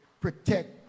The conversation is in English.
protect